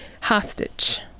hostage